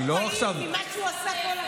יותר פעיל ממה שהוא עשה כל החיים,